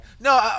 No